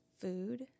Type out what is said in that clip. food